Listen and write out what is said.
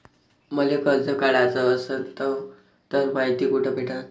मले कर्ज काढाच असनं तर मायती कुठ भेटनं?